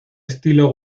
estilo